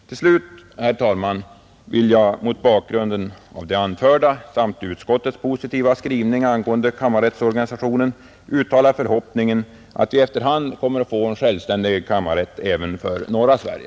Till slut, herr talman, vill jag mot bakgrunden av det anförda samt utskottets skrivning angående kammarrättsorganisationen uttala förhoppningen att vi efter hand kommer att få en självständig kammarrätt även för norra Sverige.